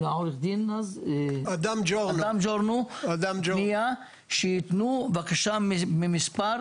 מאדם ג'ורנו, פנייה שיתנו בקשה במספר,